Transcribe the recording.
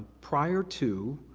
prior to,